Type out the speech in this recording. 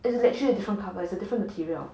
it's literally a different cover it's a different material